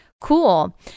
Cool